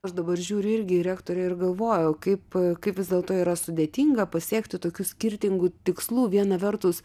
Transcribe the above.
aš dabar žiūriu irgi į rektorę ir galvoju kaip kaip vis dėlto yra sudėtinga pasiekti tokių skirtingų tikslų viena vertus